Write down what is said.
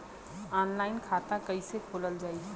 Online खाता कईसे खोलल जाई?